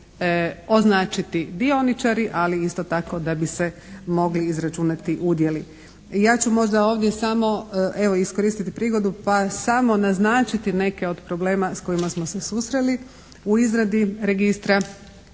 označiti dioničari ali isto tako da bi se mogli izračunati udjeli. Ja ću možda ovdje samo evo iskoristiti prigodu pa samo naznačiti neke od problema s kojima smo se susreli u izradi registra